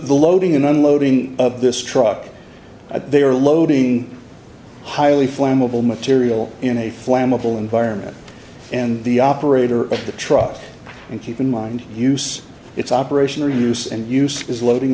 the loading and unloading of this truck i thought they were loading highly flammable material in a flammable environment and the operator of the truck and keep in mind use it's operational use and use is loading